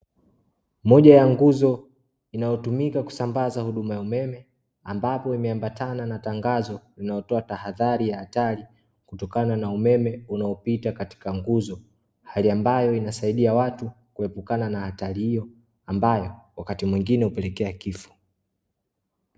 Moja ya nguzo inayotumika kusambaza huduma ya umeme, ambapo imeambatana na tangazo linalotoa tahadhari ya hatari kutokana na umeme unaopita katika nguzo, hali ambayo inasaidia watu kuepukana na hatari hiyo ambayo wakati mwingine hupelekea kifo.